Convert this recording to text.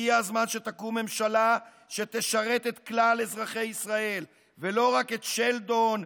הגיע הזמן שתקום ממשלה שתשרת את כלל אזרחי ישראל ולא רק את שלדון,